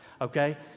Okay